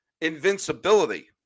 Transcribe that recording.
invincibility